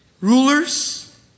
Rulers